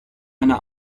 eine